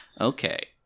Okay